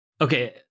okay